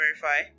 verify